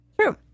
True